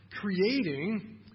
creating